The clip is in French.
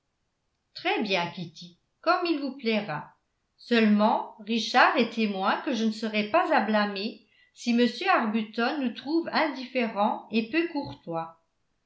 très bien kitty comme il vous plaira seulement richard est témoin que je ne serai pas à blâmer si m arbuton nous trouve indifférents et peu courtois